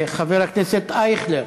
חבר הכנסת אייכלר.